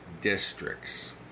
districts